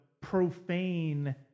profane